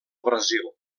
brasil